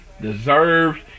Deserved